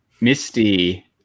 misty